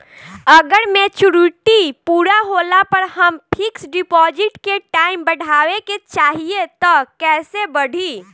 अगर मेचूरिटि पूरा होला पर हम फिक्स डिपॉज़िट के टाइम बढ़ावे के चाहिए त कैसे बढ़ी?